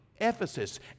Ephesus